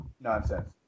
nonsense